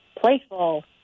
playful